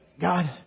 God